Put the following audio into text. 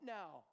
now